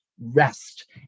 rest